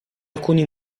alcuni